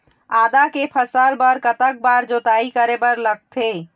आदा के फसल बर कतक बार जोताई करे बर लगथे?